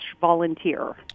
volunteer